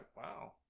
wow